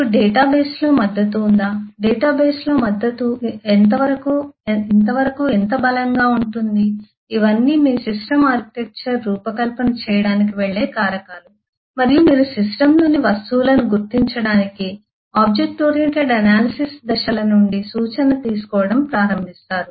మీకు database లో మద్దతు ఉందా డేటా బేస్ లో మద్దతు ఇంతవరకు ఎంత బలంగా ఉంటుంది ఇవన్నీ మీ సిస్టమ్ ఆర్కిటెక్చర్ రూపకల్పన చేయటానికి వెళ్ళే కారకాలు మరియు మీరు సిస్టమ్లోని వస్తువులను గుర్తించడానికి ఆబ్జెక్ట్ ఓరియెంటెడ్ ఎనాలిసిస్ దశలనుండి సూచన తీసుకోవడం ప్రారంభిస్తారు